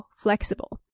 flexible